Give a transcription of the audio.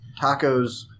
Tacos